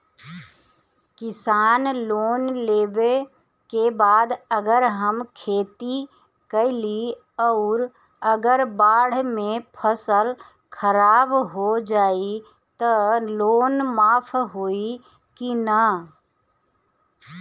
किसान लोन लेबे के बाद अगर हम खेती कैलि अउर अगर बाढ़ मे फसल खराब हो जाई त लोन माफ होई कि न?